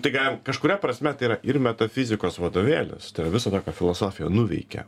tai galim kažkuria prasme tai yra ir metafizikos vadovėlis viso to ką filosofija nuveikė